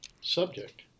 subject